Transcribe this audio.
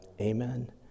Amen